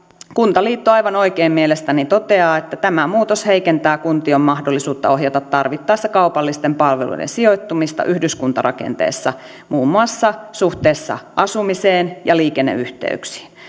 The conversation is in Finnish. kuntaliitto aivan oikein mielestäni toteaa tämä muutos heikentää kuntien mahdollisuutta ohjata tarvittaessa kaupallisten palveluiden sijoittumista yhdyskuntarakenteessa muun muassa suhteessa asumiseen ja liikenneyhteyksiin